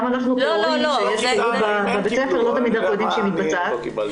אנחנו כהורים לא תמיד יודעים שהפעילות מתבצעת.